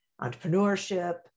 entrepreneurship